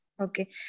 Okay